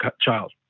child